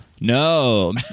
No